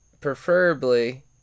preferably